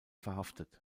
verhaftet